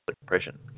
depression